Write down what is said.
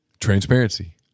transparency